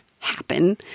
happen